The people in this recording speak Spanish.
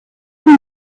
hubo